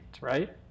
right